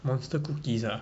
monster cookies ah